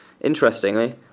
Interestingly